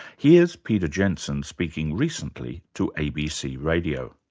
here's peter jensen speaking recently to abc radio.